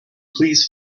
please